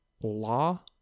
law